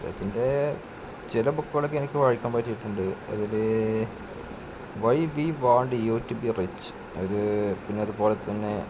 അദ്ദേഹത്തിൻ്റെ ചില ബുക്കുകളൊക്കെ എനിക്ക് വായിക്കാൻ പറ്റിയിട്ടൂണ്ട് അതിൽ why we want you to be rich അത് പിന്നെ അതുപോലെ തന്നെ